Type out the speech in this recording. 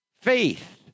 faith